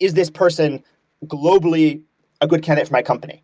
is this person globally a good candidate for my company?